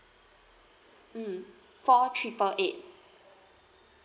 mm four triple eight